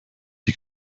die